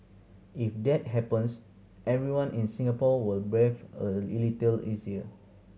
if that happens everyone in Singapore will breathe a little easier